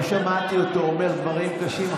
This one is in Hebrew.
לא שמעתי אותו אומר דברים קשים,